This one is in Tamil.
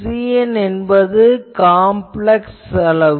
இங்கு Cn என்பது காம்ப்ளக்ஸ் அளவு